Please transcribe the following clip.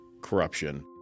corruption